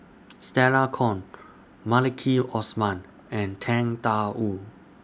Stella Kon Maliki Osman and Tang DA Wu